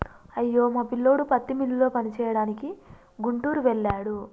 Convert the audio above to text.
అయ్యో మా పిల్లోడు పత్తి మిల్లులో పనిచేయడానికి గుంటూరు వెళ్ళాడు